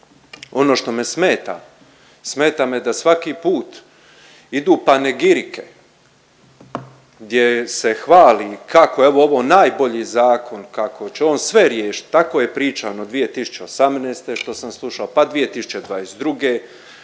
Ono što me smeta, smeta me da svaki put idu panegirike gdje se hvali kako je ovaj najbolji zakon kako će on sve riješit, tako je pričano 2018., što sam slušao, pa 2022.,